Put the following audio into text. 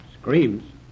Screams